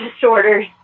disorders